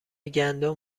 گندم